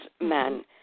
men